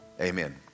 Amen